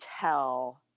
tell